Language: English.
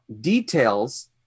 details